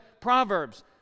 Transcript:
Proverbs